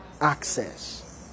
access